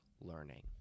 learning